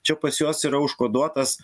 čia pas juos yra užkoduotas